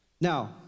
Now